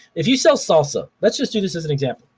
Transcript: if you sell salsa, let's just do this as an example.